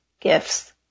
gifts